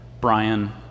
Brian